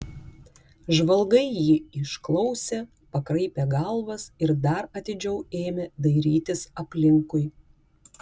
žvalgai jį išklausė pakraipė galvas ir dar atidžiau ėmė dairytis aplinkui